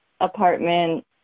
apartment